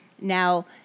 Now